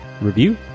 review